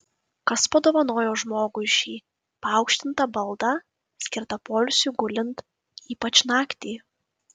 kas padovanojo žmogui šį paaukštintą baldą skirtą poilsiui gulint ypač naktį